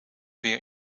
weer